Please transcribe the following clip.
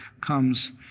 comes